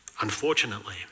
Unfortunately